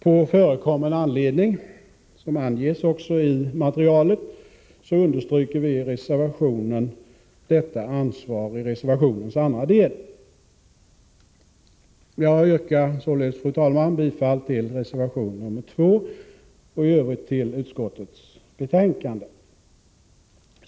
På förekommen anledning, vilken också anges i materialet, understryker vi i reservationens andra del detta ansvar. Jag yrkar således, fru talman, bifall till reservation nr 2 och i övrigt bifall till utskottets hemställan.